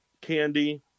Candy